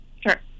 sure